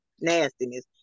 nastiness